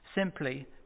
simply